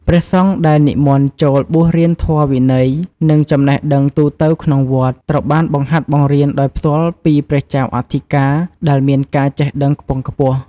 ព្រះសង្ឃដែលនិមន្តចូលបួសរៀនធម៌វិន័យ និងចំណេះដឹងទូទៅក្នុងវត្ត ត្រូវបានបង្ហាត់បង្រៀនដោយផ្ទាល់ពីព្រះចៅអធិការ ដែលមានការចេះដឹងខ្ពង់ខ្ពស់។